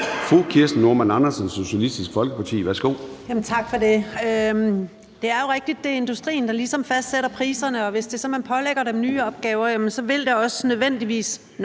Fru Kirsten Normann Andersen, Socialistisk Folkeparti. Værsgo. Kl. 09:37 Kirsten Normann Andersen (SF): Tak for det. Det er jo rigtigt, at det er industrien, der ligesom fastsætter priserne, og hvis man så pålægger dem nye opgaver, vil det nødvendigvis nok